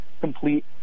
complete